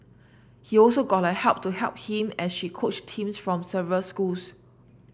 he also got her help to help him as she coached teams from several schools